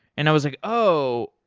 and i was like, oh!